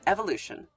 Evolution